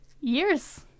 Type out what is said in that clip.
Years